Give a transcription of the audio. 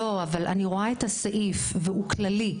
לא, אבל אני רואה את הסעיף והוא כללי.